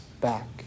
back